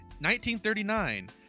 1939